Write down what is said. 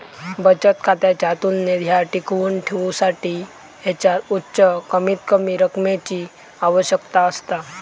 बचत खात्याच्या तुलनेत ह्या टिकवुन ठेवसाठी ह्याच्यात उच्च कमीतकमी रकमेची आवश्यकता असता